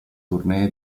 tournée